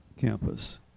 Campus